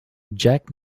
jack